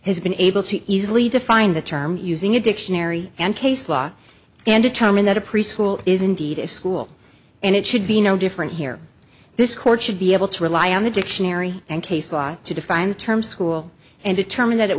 has been able to easily define the term using a dictionary and case law and determine that a preschool is indeed a school and it should be no different here this court should be able to rely on the dictionary and case law to define the term school and determine that it